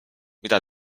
mida